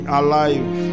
alive